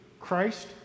Christ